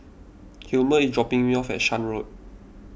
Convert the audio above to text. Hilmer is dropping me off at Shan Road